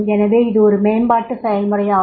எனவே இது ஒரு மேம்பாட்டு செயல்முறை இருக்கும்